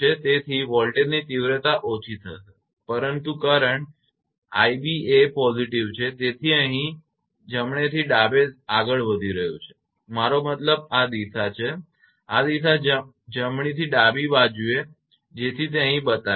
તેથી વોલ્ટેજની તીવ્રતા ઓછી થશે પરંતુ કરંટ તે 𝑖𝑏 એ positive છે તેથી અહીં તે હવે જમણેથી ડાબે આગળ વધી રહ્યું છે મારો મતલબ આ દિશા છે આ દિશા જમણીથી ડાબી બાજુએ જેથી તે અહીં બતાવી છે